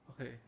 Okay